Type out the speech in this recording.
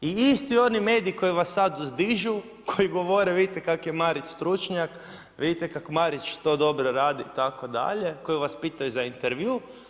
I isti oni mediji koji vas sada uzdižu, koji govore vidite kakav je Marić stručnjak, vidite kako Marić to dobro radi itd. koji vas pitaju za intervju.